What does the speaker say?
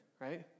right